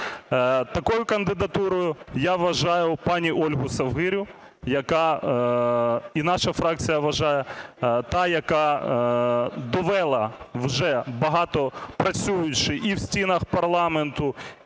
Такою кандидатурою я вважаю пані Ольгу Совгирю, яка… і наша фракція вважає, та, яка довела, вже багато працюючи і в стінах парламенту,